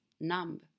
numb